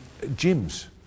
gyms